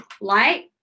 light